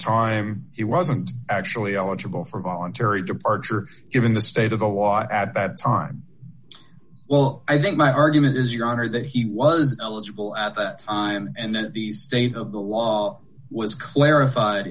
time it wasn't actually eligible for voluntary departure given the state of the law at that time well i think my argument is your honor that he was eligible at that time and then the state of the law was clarified